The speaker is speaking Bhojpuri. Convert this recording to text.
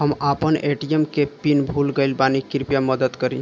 हम आपन ए.टी.एम के पीन भूल गइल बानी कृपया मदद करी